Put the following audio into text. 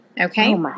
Okay